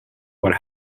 what